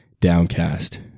downcast